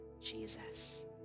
Jesus